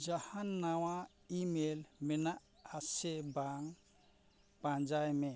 ᱡᱟᱦᱟᱱ ᱱᱟᱣᱟ ᱤᱼᱢᱮᱞ ᱢᱮᱱᱟᱜᱼᱟ ᱥᱮ ᱵᱟᱝ ᱵᱟᱝ ᱯᱟᱸᱡᱟᱭ ᱢᱮ